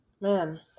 man